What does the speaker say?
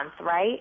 right